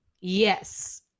yes